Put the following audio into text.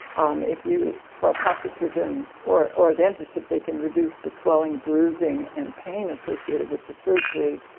um if you. for a plastic surgeon or or a dentist, if they can reduce the swelling, bruising, and pain associated with the surgery,